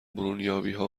برونیابیها